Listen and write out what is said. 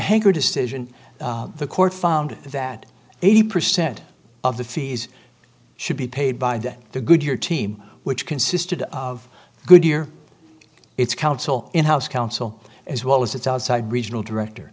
hangar decision the court found that eighty percent of the fees should be paid by them the good your team which consisted of a good year it's counsel in house counsel as well as its outside regional director